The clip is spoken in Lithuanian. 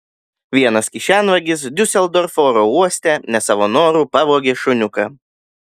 vienas kišenvagis diuseldorfo oro uoste ne savo noru pavogė šuniuką